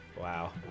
Wow